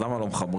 אז למה לא מחברים?